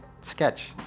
sketch